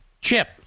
Chip